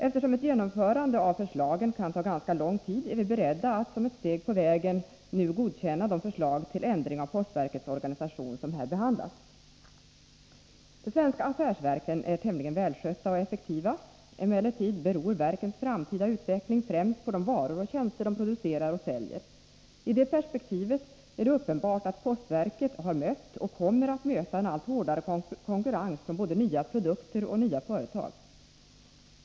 Eftersom ett genomförande av dessa förslag kan ta ganska lång tid, är vi beredda att— som ett steg på vägen — tillstyrka de förslag till förändring av postverkets organisation som nu behandlas. De svenska affärsverken är tämligen välskötta och effektiva. Emellertid beror verkens framtida utveckling främst på de varor och tjänster de producerar och säljer. I detta perspektiv är det uppenbart att postverket har mött och kommer att möta en allt hårdare konkurrens från både nya produkter och nya företag.